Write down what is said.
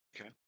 Okay